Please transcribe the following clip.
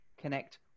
connect